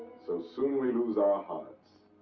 so soon we lose our hearts.